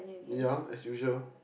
ya as usual